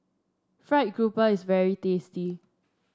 fried grouper is very tasty